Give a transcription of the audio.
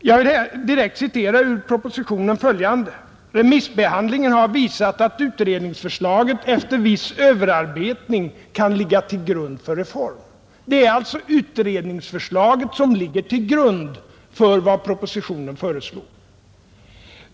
Jag vill ur propositionen direkt citera följande: ”Remissbehandlingen har visat att utredningsförslagen efter viss överarbetning kan läggas till grund för en reform.” Det är alltså utredningsförslaget som ligger till grund för vad som föreslås i propositionen.